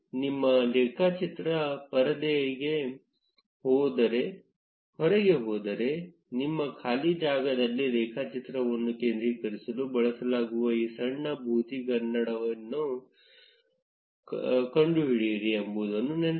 ನಿಮ್ಮ ರೇಖಾಚಿತ್ರ ಪರದೆಯಿಂದ ಹೊರಗೆ ಹೋದರೆ ನಿಮ್ಮ ಖಾಲಿ ಜಾಗದಲ್ಲಿ ರೇಖಾಚಿತ್ರವನ್ನು ಕೇಂದ್ರೀಕರಿಸಲು ಬಳಸಲಾಗುವ ಈ ಸಣ್ಣ ಭೂತಗನ್ನಡಿಯನ್ನು ಕಂಡುಹಿಡಿಯಿರಿ ಎಂಬುದನ್ನು ನೆನಪಿಡಿ